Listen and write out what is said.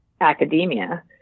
academia